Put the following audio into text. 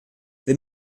wir